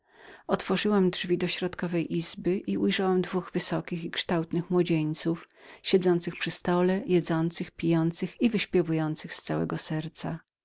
otworzyłam drzwi do środkowej izby i ujrzałam dwóch wysokich i kształtnych młodzieńców siedzących przy stole jedzących pijących i wyśpiewujących z całego serca